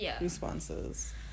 responses